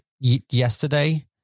yesterday